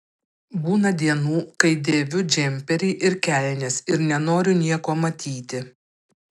būna dienų kai dėviu džemperį ir kelnes ir nenoriu nieko matyti